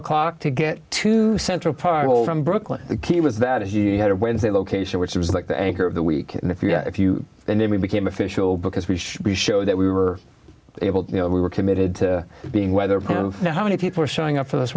o'clock to get to central park all from brooklyn the key was that he had a wednesday location which was like the anchor of the week and if you if you and then we became official because we should be show that we were able to you know we were committed to being whether or not how many people are showing up for this